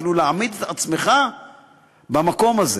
אפילו להעמיד את עצמך במקום הזה,